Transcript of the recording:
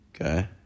Okay